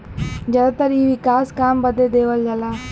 जादातर इ विकास काम बदे देवल जाला